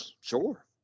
sure